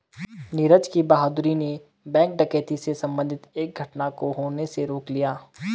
नीरज की बहादूरी ने बैंक डकैती से संबंधित एक घटना को होने से रोक लिया